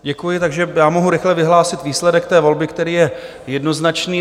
Děkuji, takže já mohu rychle vyhlásit výsledek té volby, který je jednoznačný.